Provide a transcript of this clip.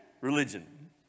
religion